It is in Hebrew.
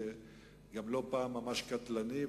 וגם לא פעם ממש קטלני,